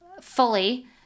fully